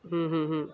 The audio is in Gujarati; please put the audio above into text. હં હં હં